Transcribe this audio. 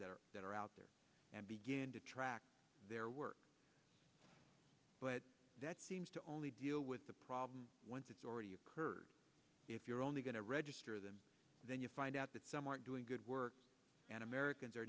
that are that are out there and begin to track their work but that seems to only deal with the problem once it's already occurred if you're only going to register them then you find out that some are doing good work and americans are